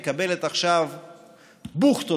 מקבלת עכשיו בוכטות,